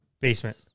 Basement